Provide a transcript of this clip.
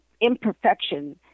imperfection